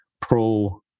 pro